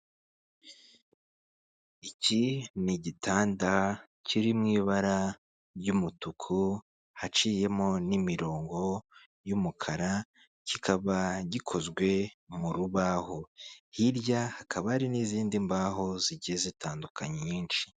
Iki ni igitanda kiri mu ibara ry'umutuku, haciyemo n'imirongo y'umukara, kikaba gikozwe mu rubaho, hirya hakaba hari n'izindi mbaho zigize zitandukanye nyinshi.